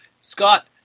Scott